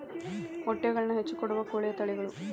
ಮೊಟ್ಟೆಗಳನ್ನ ಹೆಚ್ಚ ಕೊಡುವ ಕೋಳಿಯ ತಳಿಗಳು